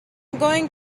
going